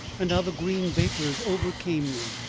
and how the green vapors overcame me.